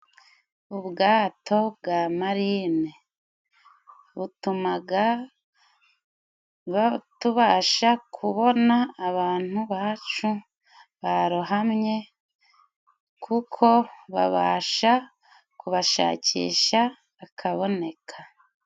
Ubwato bwa marine butumaga tubasha kubona abantu bacu barohamye kuko babasha kubashakisha bakaboneka